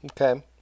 Okay